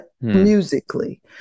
musically